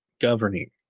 governing